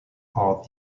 are